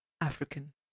African